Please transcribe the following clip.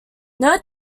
note